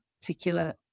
particular